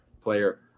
player